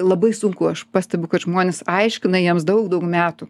labai sunku aš pastebiu kad žmonės aiškina jiems daug daug metų